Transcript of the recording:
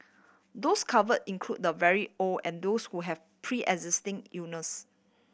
those cover include the very old and those who have preexisting illness